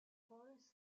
forest